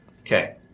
Okay